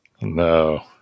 No